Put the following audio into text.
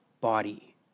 body